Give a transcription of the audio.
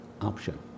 option